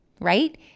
Right